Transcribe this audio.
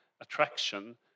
attraction